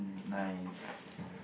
nice